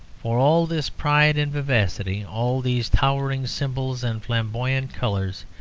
for all this pride and vivacity, all these towering symbols and flamboyant colours,